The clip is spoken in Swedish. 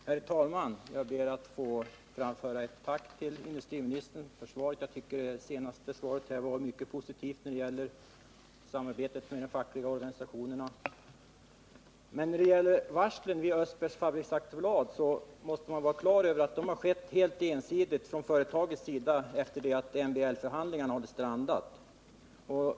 Herr talman! Jag ber att få framföra ett tack till industriministern för det senaste svaret. Jag tycker det var mycket positivt när det gäller samarbetet med de fackliga organisationerna. Men vad gäller varslen vid Östbergs Fabriks AB måste man ha klart för sig att de har utfärdats helt ensidigt från företagets sida efter det att MBL förhandlingarna hade strandat.